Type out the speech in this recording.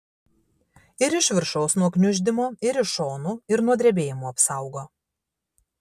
ir iš viršaus nuo gniuždymo ir iš šonų ir nuo drebėjimų apsaugo